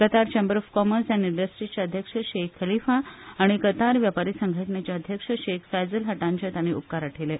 कतार chamber of commerce and इंडस्ट्रिजचे अध्यक्ष शेख खलीफा आनी कतारी वेपार संघटनेचे अध्यक्ष शेख फैजल हटांचे ताणी उपकार आठयले